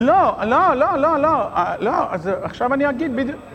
לא, לא, לא, לא, לא, לא, אז עכשיו אני אגיד בדיוק...